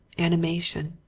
animation,